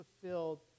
fulfilled